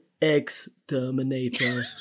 exterminator